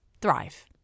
thrive